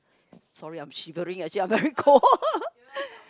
sorry I'm shivering actually I'm very cold